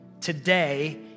today